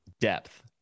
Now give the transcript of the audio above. depth